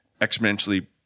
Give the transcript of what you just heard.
exponentially